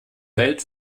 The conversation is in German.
welt